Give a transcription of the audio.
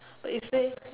but is there